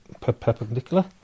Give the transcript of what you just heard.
perpendicular